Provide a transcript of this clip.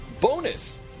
bonus